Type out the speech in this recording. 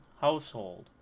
household